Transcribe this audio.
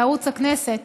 בערוץ הכנסת